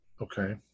okay